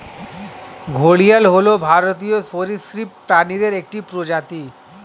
ঘড়িয়াল হল ভারতীয় সরীসৃপ প্রাণীদের একটি প্রজাতি